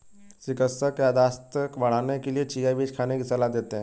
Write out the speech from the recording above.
चिकित्सक याददाश्त बढ़ाने के लिए चिया बीज खाने की सलाह देते हैं